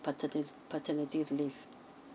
paterni~ paternity leave